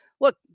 Look